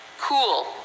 cool